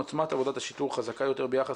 עוצמת עבודת השיטור חזקה יותר ביחס